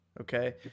okay